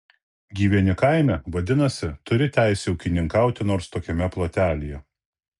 gyveni kaime vadinasi turi teisę ūkininkauti nors tokiame plotelyje